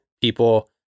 people